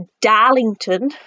Darlington